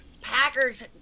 Packers –